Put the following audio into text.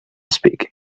speaking